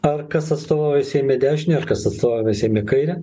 ar kas atstovauja seime dešinę ar kas atstovauja seime kairę